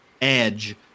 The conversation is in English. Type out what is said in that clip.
edge